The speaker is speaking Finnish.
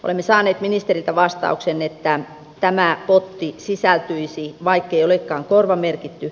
olemme saaneet ministeriltä vastauksen että tämä potti sisältyisi vaikkei olekaan korvamerkitty